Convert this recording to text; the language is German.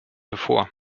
bevor